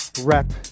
rap